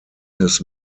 his